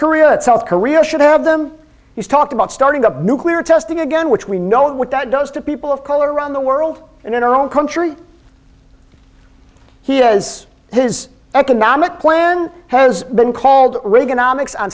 korea south korea should have them he's talked about starting up nuclear testing again which we know what that does to people of color around the world and in our own country he has his economic plan has been called reaganomics on